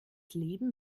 leben